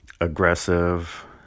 aggressive